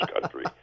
country